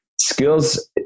skills